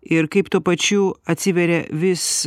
ir kaip tuo pačiu atsiveria vis